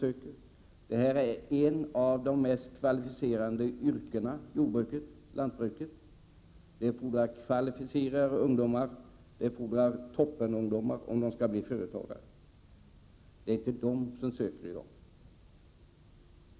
Lantbruket innebär ett av de mest kvalificerade yrkena. Det fordras kvalificerade ungdomar, toppenungdomar, om de skall bli företagare. Det är inte de som söker i dag.